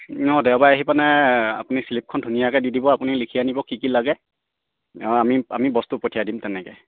দেওবাৰে আহি পেনাই আপুনি শ্লিপখন ধুনীয়াকৈ দি দিব আপুনি লিখি আনিব কি কি লাগে আৰু আমি আমি বস্তু পঠিয়াই দিম তেনেকৈ